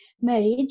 marriage